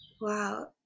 Wow